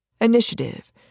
initiative